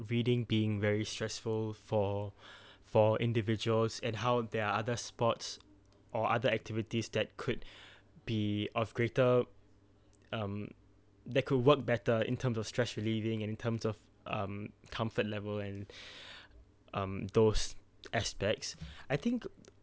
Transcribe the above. reading being very stressful for for individuals and how there are other sports or other activities that could be of greater um that could work better in terms of stress relieving and in terms of um comfort level and um those aspects I think